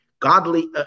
Godly